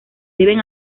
deben